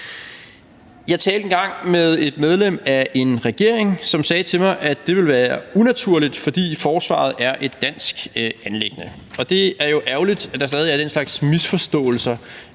Jeg talte engang med et medlem af en regering, som sagde til mig, at det ville være unaturligt, fordi forsvaret er et dansk anliggende. Og det er jo ærgerligt, at der stadig væk er den slags misforståelser